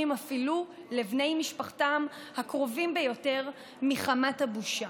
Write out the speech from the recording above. אפילו לבני משפחתם הקרובים ביותר מחמת הבושה,